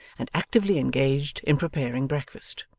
and actively engaged in preparing breakfast.